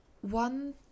one